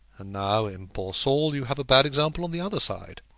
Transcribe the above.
and now, in poor saul, you have a bad example on the other side.